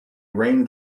rain